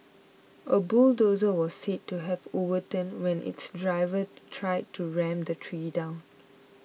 a bulldozer was said to have overturned when its driver tried to ram the tree down